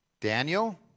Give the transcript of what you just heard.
Daniel